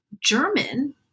German